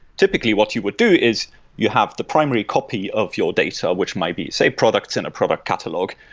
typically what you would do is you have the primary copy of your data which might be, say, products in a product catalog,